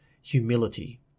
humility